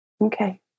Okay